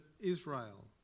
Israel